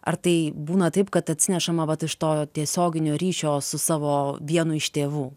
ar tai būna taip kad atsinešama vat iš to tiesioginio ryšio su savo vienu iš tėvų